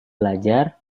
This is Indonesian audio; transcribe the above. belajar